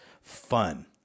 fun